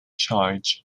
charge